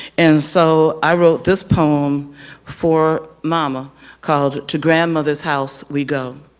and so i wrote this poem for mama called to grandmother's house we go.